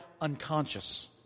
unconscious